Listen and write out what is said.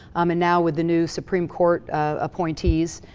um and now, with the new supreme court appointees.